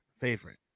Favorite